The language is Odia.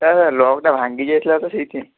ତା'ର ଲକ୍ଟା ଭାଙ୍ଗି ଯାଇଥିଲା ତ ସେଇଥିପାଇଁ